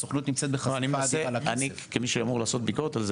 הסוכנות נמצאת --- אני כמי שאמור לעשות ביקורת על זה,